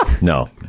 No